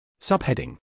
Subheading